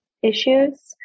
issues